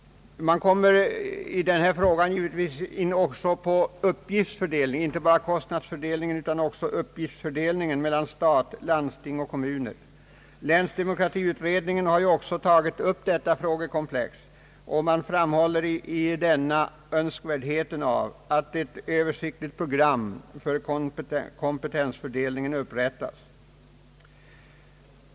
Man kommer givetvis också in inte bara på kostnadsfördelningen utan också på uppgiftsfördelningen mellan stat, landsting och kommuner. Länsdemokratiutredningen har också tagit upp detta frågekomplex och framhåller önskvärdheten av att ett översiktligt program för kompetensfördelningen upprättas.